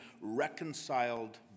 reconciled